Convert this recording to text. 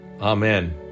Amen